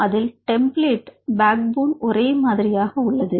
அதில் டெம்ப்ளேட்டும் back phone ஒரே மாதிரியாக உள்ளது